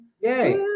Yay